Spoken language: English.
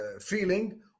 feeling